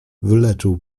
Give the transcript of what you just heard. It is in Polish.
wyleczył